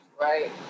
right